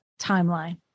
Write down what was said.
timeline